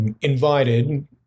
invited